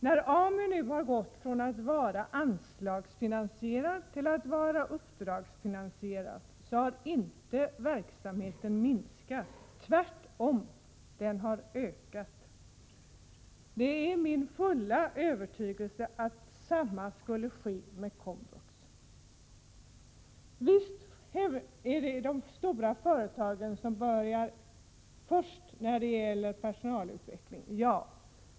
När AMU nu har övergått från att ha varit anslagsfinansierat till att vara uppdragsfinansierat har verksamheten inte minskat — tvärtom, den har ökat. Det är min fulla övertygelse att detsamma skulle ske med komvux. Visst är det de stora företagen som är först när det gäller personalutveckling.